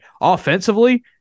offensively